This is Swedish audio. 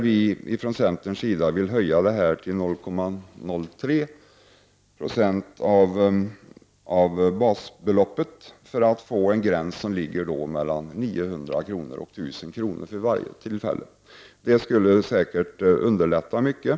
Vi från centerns sida vill här ha en höjning till 0,03 76 av basbeloppet för att man skall få en gräns som ligger mellan 900 och 1 000 kronor för varje tillfälle. Det skulle säkert underlätta mycket.